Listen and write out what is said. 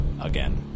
again